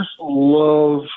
love